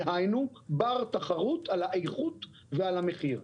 דהיינו, בר תחרות על האיכות ועל המחיר.